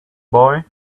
boy